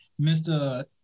Mr